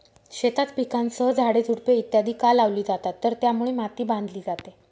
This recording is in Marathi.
शेतात पिकांसह झाडे, झुडपे इत्यादि का लावली जातात तर त्यामुळे माती बांधली जाते